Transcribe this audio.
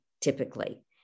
typically